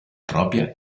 propria